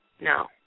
No